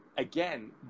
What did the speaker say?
Again